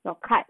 your card